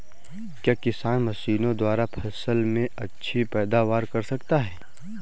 क्या किसान मशीनों द्वारा फसल में अच्छी पैदावार कर सकता है?